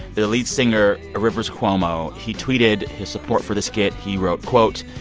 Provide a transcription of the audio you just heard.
their lead singer, rivers cuomo, he tweeted his support for the skit. he wrote, quote,